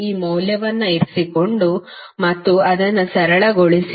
ಈ ಮೌಲ್ಯವನ್ನು ಇರಿಸಿಕೊಂಡು ಮತ್ತು ಅದನ್ನು ಸರಳಗೊಳಿಸಿ